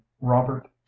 robert